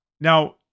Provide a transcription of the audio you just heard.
Now